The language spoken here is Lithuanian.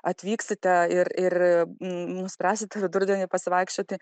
atvyksite ir ir nuspręsite vidurdienį pasivaikščioti